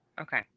Okay